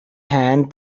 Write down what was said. hand